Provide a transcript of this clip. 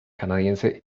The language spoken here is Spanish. canadiense